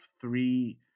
three